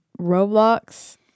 Roblox